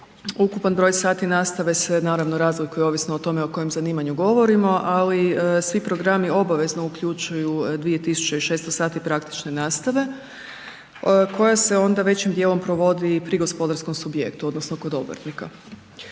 ukupan broj sati nastave se naravno razlikuje ovisno o tome o kojem zanimanju govorimo, ali svi programi obavezno uključuju 2600 sati praktične nastave koja se onda većim dijelom provodi pri gospodarskom subjektu odnosno kod obrtnika.